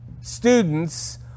students